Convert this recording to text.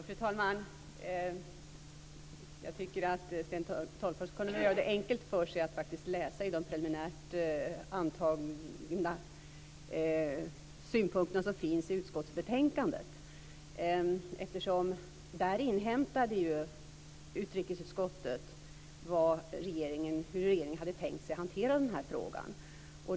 Fru talman! Jag tycker att Sten Tolgfors skulle kunna göra det enkelt för sig och faktiskt läsa de preliminärt antagna synpunkterna som finns i utskottsbetänkandet. Där inhämtade ju utrikesutskottet hur regeringen hade tänkt sig att hantera den här frågan.